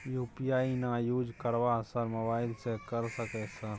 UPI ना use करवाएं sir mobile से कर सके सर?